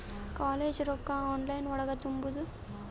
College ರೊಕ್ಕ online ಒಳಗ ತುಂಬುದು?